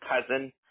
cousin